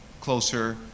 closer